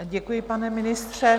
Děkuji, pane ministře.